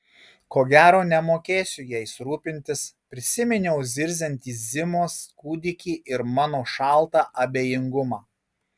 ko gero nemokėsiu jais rūpintis prisiminiau zirziantį zimos kūdikį ir mano šaltą abejingumą